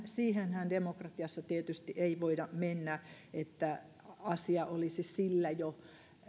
siihenhän demokratiassa tietysti ei voida mennä että asia olisi sillä jo